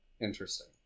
interesting